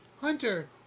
Hunter